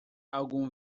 algum